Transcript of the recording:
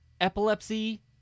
epilepsy